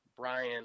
Brian